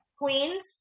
queens